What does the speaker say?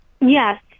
Yes